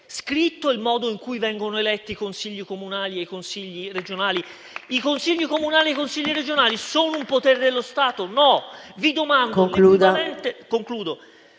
scritto il modo in cui vengono eletti i Consigli comunali e i Consigli regionali? I Consigli comunali e i Consigli regionali sono un potere dello Stato? No. Vi domando: